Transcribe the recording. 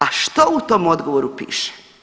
A što u tom odgovoru piše?